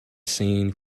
seen